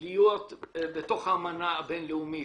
להיות בתוך האמנה הבין-לאומית,